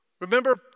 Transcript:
Remember